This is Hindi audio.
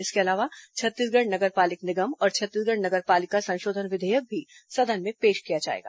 इसके अलावा छत्तीसगढ़ नगर पालिक निगम और छत्तीसगढ़ नगर पालिका संशोधन विधेयक भी सदन में पेश किया जाएगा